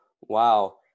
Wow